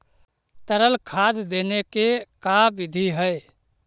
तरल खाद देने के का बिधि है?